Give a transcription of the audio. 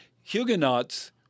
Huguenots